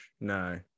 No